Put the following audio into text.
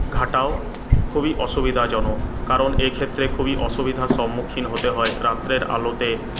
ঘাঁটাও খুবই অসুবিধাজনক কারণ এক্ষেত্রে খুবই অসুবিধার সম্মুখীন হতে হয় রাত্রের আলোতে